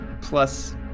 plus